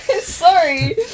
Sorry